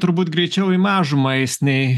turbūt greičiau į mažumą eis nei